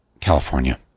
California